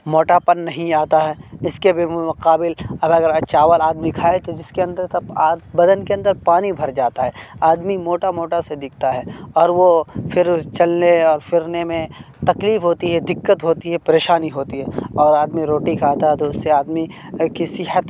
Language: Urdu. موٹا پن نہیں آتا ہے جس کے بالمقابل اگر چاول آدمی کھائے تو جس کے اندر کا بدن کے اندر پانی بھر جاتا ہے آدمی موٹا موٹا سا دکھتا ہے اور وہ پھر چلنے اور پھرنے میں تکلیف ہوتی ہے دقت ہوتی ہے پریشانی ہوتی ہے اور آدمی روٹی کھاتا ہے تو اس سے آدمی کی صحت